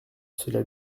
cela